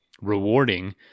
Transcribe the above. rewarding